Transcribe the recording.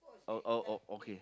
oh oh oh okay